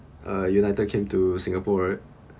uh united came to singapore right